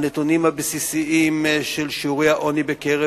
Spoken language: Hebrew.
הנתונים הבסיסיים של שיעורי העוני בקרב